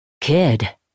Kid